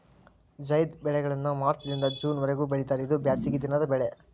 ಝೈದ್ ಬೆಳೆಗಳನ್ನಾ ಮಾರ್ಚ್ ದಿಂದ ಜೂನ್ ವರಿಗೂ ಬೆಳಿತಾರ ಇದು ಬ್ಯಾಸಗಿ ದಿನದ ಬೆಳೆ